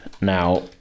now